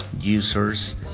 users